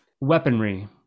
weaponry